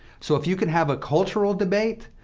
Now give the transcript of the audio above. so if you could have a cultural debate,